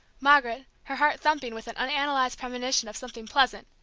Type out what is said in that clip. margaret, her heart thumping with an unanalyzed premonition of something pleasant,